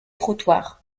trottoirs